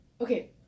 Okay